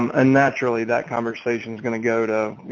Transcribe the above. um naturally that conversation is going to go to you